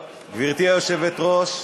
גברתי היושבת-ראש,